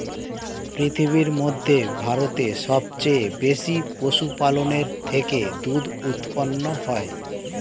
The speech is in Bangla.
পৃথিবীর মধ্যে ভারতে সবচেয়ে বেশি পশুপালনের থেকে দুধ উৎপন্ন হয়